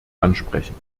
ansprechen